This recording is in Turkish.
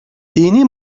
dini